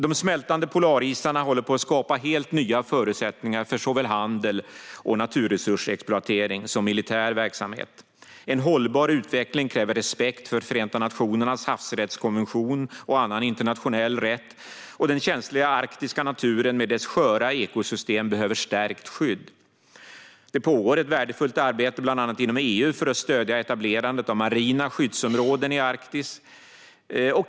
De smältande polarisarna håller på att skapa helt nya förutsättningar för såväl handel och naturresursexploatering som militär verksamhet. En hållbar utveckling kräver respekt för Förenta nationernas havsrättskonvention och annan internationell rätt, och den känsliga arktiska naturen med dess sköra ekosystem behöver stärkt skydd. Det pågår ett värdefullt arbete bland annat inom EU för att stödja etablerandet av marina skyddsområden i Arktis.